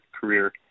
career